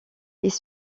ils